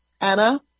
Anna